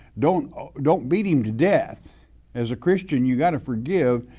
don't ah don't beat him to death as a christian, you gotta forgive,